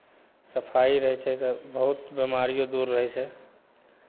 सफाइ रहै छै तऽ बहुत बेमारिओ दूर रहै छै